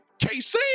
KC